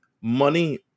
Money